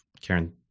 Karen